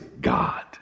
God